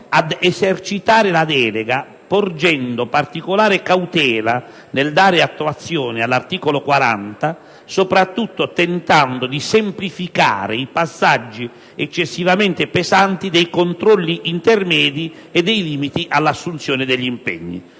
ad esercitare la delega porgendo particolare cautela nel dare attuazione all'articolo 40, soprattutto tentando di semplificare i passaggi eccessivamente pesanti dei controlli intermedi e dei limiti all'assunzione degli impegni;